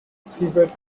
seabed